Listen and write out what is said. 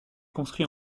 construit